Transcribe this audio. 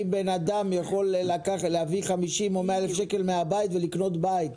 אם אדם יכול להביא 50,000 או 100,000 שקל מהבית ולקנות בית,